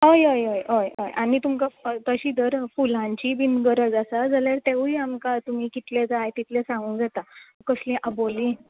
हय हय हय हय आनी तुमकां तशी धर फुलांची बीन गरज आसा जाल्यार तेवूय आमकां तुमी कितले जाय तितले सांगूंक जाता कसलीं आबोलीं